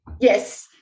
Yes